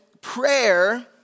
prayer